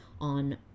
on